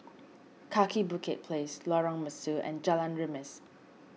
Kaki Bukit Place Lorong Mesu and Jalan Remis